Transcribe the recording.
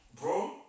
bro